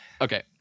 Okay